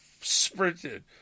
sprinted